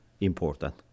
important